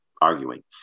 arguing